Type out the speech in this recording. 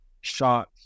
shot